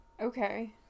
Okay